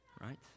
right